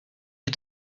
you